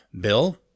Bill